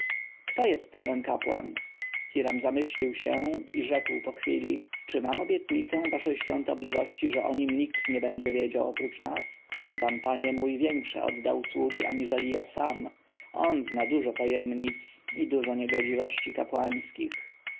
kto jest ten kapłan hiram zamyślił się i rzekł po chwili czy mam obietnicę waszej świątobliwości że o nim nikt nie będzie wiedział oprócz nas on wam panie mój większe odda usługi aniżeli ja sam on zna dużo tajemnic i dużo niegodziwości